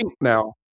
now